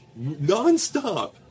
nonstop